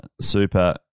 super